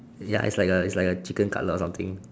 ya it's like a it's like a chicken cutlet or something